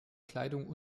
kleidung